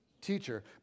Teacher